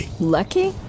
Lucky